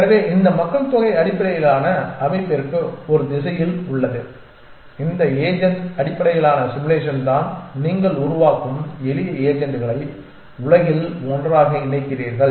எனவே இந்த மக்கள்தொகை அடிப்படையிலான அமைப்பிற்கு ஒரு திசையில் உள்ளது இந்த ஏஜென்ட் அடிப்படையிலான சிமுலேஷன்தான் நீங்கள் உருவாக்கும் எளிய ஏஜென்ட்களை உலகில் ஒன்றாக இணைக்கிறீர்கள்